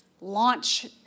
launch